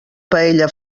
paella